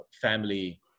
family